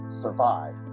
survive